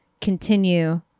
continue